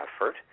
effort